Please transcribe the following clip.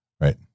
Right